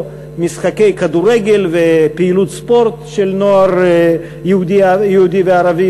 משחקי כדורגל ופעילות ספורט של נוער יהודי וערבי.